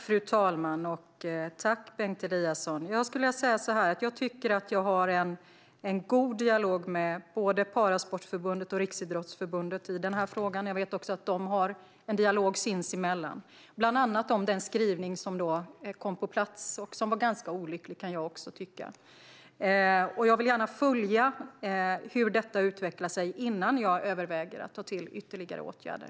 Fru talman! Jag tackar Bengt Eliasson för detta. Jag tycker att jag har en god dialog både med Parasportförbundet och med Riksidrottsförbundet i denna fråga. De har också en dialog sinsemellan, bland annat om den skrivning som kom på plats och som jag också kan tycka var ganska olycklig. Jag vill gärna följa hur detta utvecklar sig innan jag överväger att ta till ytterligare åtgärder.